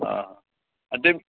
అంటే